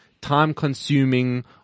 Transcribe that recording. time-consuming